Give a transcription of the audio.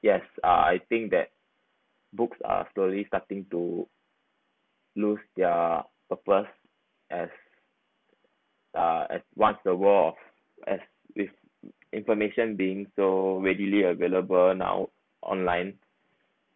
yes uh I think that books are slowly starting to lose their purpose as uh as once the world of as with information being so readily available now online